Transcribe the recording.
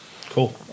Cool